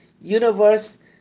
universe